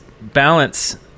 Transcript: balance